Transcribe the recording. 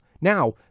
Now